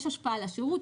השפעה על השירות,